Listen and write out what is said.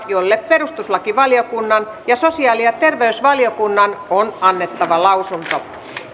jolle perustuslakivaliokunnan ja sosiaali ja terveysvaliokunnan on annettava lausunto